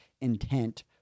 intent